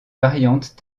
variantes